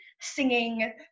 singing